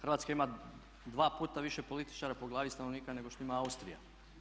Hrvatska ima 2 puta više političara po glavi stanovnika nego što ima Austrija.